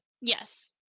yes